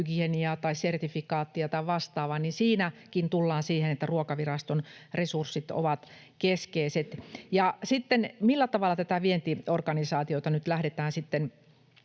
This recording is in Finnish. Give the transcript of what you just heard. hygieniaa tai sertifikaattia tai vastaavaa, niin siinäkin tullaan siihen, että Ruokaviraston resurssit ovat keskeiset. Ja sitten, millä tavalla tätä vientiorganisaatiota nyt lähdetään sitten